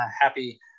happy